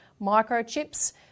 microchips